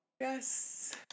Yes